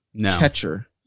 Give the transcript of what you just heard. catcher